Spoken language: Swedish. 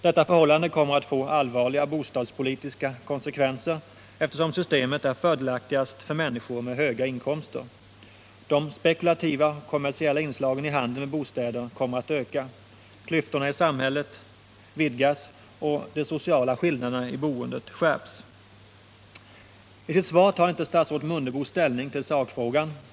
Detta förhållande kommer att få allvarliga bostadspolitiska konsekvenser, eftersom systemet är fördelaktigast för människor med höga inkomster. De spekulativa och kommersiella inslagen i handeln med bostäder kommer att öka. Klyftorna i samhället vidgas och de sociala skillnaderna i boendet skärps. I sitt svar tar inte statsrådet Mundebo ställning till sakfrågan.